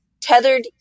tethered